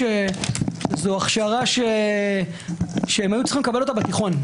שמרגישים שזו הכשרה שהיו צריכים לקבל אותה בתיכון,